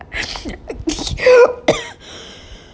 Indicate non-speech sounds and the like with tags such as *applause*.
*breath* *coughs* *breath*